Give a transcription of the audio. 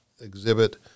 exhibit